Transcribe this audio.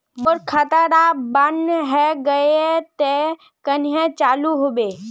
मोर खाता डा बन है गहिये ते कन्हे चालू हैबे?